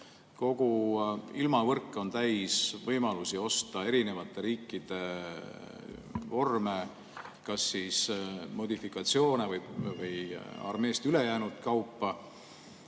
Kogu ilmavõrk on täis võimalusi osta erinevate riikide vorme, kas nende modifikatsioone või armeest ülejäänud kaupa.